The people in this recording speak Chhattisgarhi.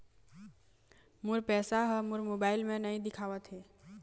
मोर पैसा ह मोर मोबाइल में नाई दिखावथे